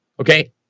Okay